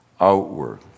Outward